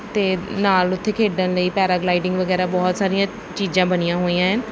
ਅਤੇ ਨਾਲ ਉੱਥੇ ਖੇਡਣ ਲਈ ਪੈਰਾਗਲਾਈਡਿੰਗ ਵਗੈਰਾ ਬਹੁਤ ਸਾਰੀਆਂ ਚੀਜ਼ਾਂ ਬਣੀਆਂ ਹੋਈਆਂ